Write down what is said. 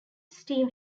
steam